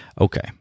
Okay